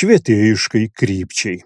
švietėjiškai krypčiai